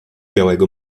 białego